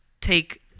take